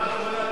למה הכוונה?